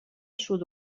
sud